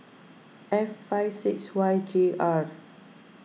F five six Y J R